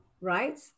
right